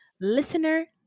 listener